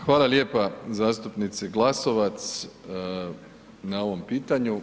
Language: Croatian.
Hvala lijepa zastupnici Glasovac na ovom pitanju.